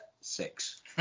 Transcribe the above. six